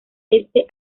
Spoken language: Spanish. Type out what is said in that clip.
este